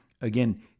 again